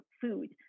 food